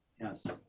yes.